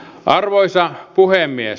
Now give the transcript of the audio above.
arvoisa puhemies